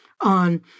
on